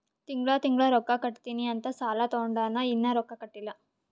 ತಿಂಗಳಾ ತಿಂಗಳಾ ರೊಕ್ಕಾ ಕಟ್ಟತ್ತಿನಿ ಅಂತ್ ಸಾಲಾ ತೊಂಡಾನ, ಇನ್ನಾ ರೊಕ್ಕಾ ಕಟ್ಟಿಲ್ಲಾ